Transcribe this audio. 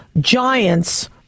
giants